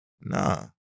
nah